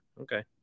Okay